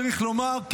צריך לומר,